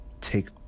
Take